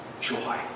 joy